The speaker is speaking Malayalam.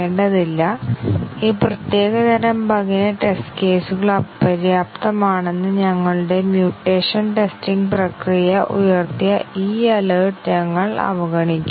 അതിനാൽ വേരിയബിൾ a യുടെ ഡെഫിനീഷൻ സ്റ്റേറ്റ്മെന്റ് 2 ൽ സംഭവിക്കുന്നു a എന്ന വേരിയബിൾ സ്റ്റേറ്റ്മെന്റ് 5 ൽ ഉപയോഗിക്കുന്നു